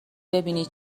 ببینی